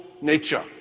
nature